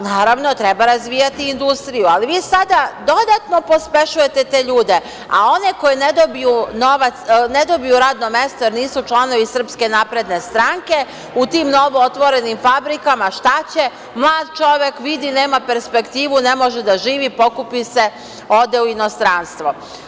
Naravno, treba razvijati industriju, ali vi sada dodatno pospešujete te ljude, a one koje ne dobiju radno mesto, jer nisu članovi Srpske napredne stranke, u tim novootvorenim fabrikama šta će, mlad čovek vidi nema perspektivu, ne može da živi, pokupi se i ode u inostranstvo.